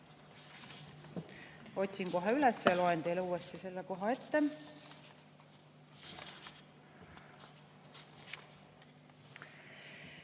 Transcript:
otsin kohe üles ja loen teile uuesti selle koha ette…